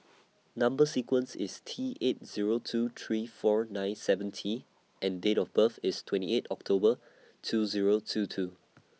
Number sequence IS T eight Zero two three four nine seven T and Date of birth IS twenty eighth October two Zero two two